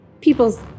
People's